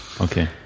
okay